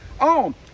on